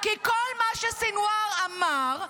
כי כל מה שסנוואר אמר,